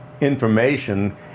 information